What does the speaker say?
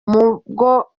n’ubwo